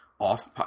off